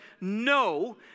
no